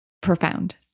profound